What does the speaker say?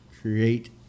create